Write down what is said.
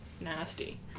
nasty